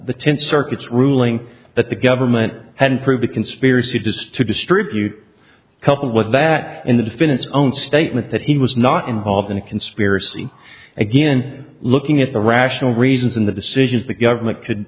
the tenth circuit's ruling that the government had proved a conspiracy to to distribute coupled with that in the defendant's own statement that he was not involved in a conspiracy again looking at the rational reasons in the decisions the government could